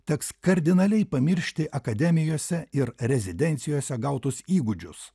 teks kardinaliai pamiršti akademijose ir rezidencijose gautus įgūdžius